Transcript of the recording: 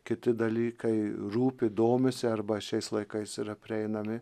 kiti dalykai rūpi domisi arba šiais laikais yra prieinami